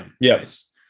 Yes